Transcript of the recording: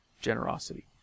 generosity